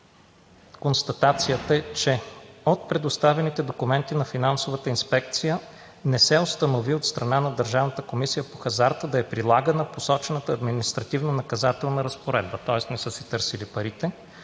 констатацията е, че „От предоставените документи на Финансовата инспекция не се установи от страна на Държавната комисия по хазарта да е прилагана посочената административнонаказателна разпоредба –тоест не са си търсили парите,